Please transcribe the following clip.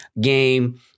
game